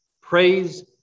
Praise